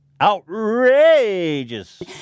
Outrageous